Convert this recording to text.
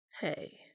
Hey